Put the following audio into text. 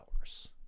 hours